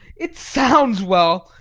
it sounds well,